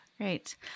Great